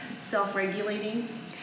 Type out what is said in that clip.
self-regulating